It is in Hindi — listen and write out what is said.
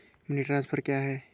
मनी ट्रांसफर क्या है?